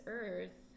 earth